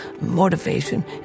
motivation